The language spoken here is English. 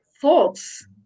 thoughts